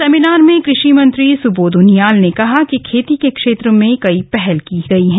seminar में कृषि मंत्री सूबोध उनियाल ने कहा कि खेती को क्षेत्र में कई पहल की है